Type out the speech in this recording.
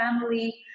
family